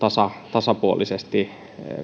tasapuolisesti